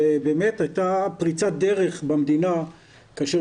ובאמת הייתה פריצת דרך במדינה כאשר